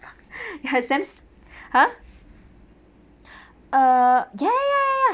ya it's damn !huh! ya ya ya ya